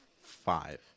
five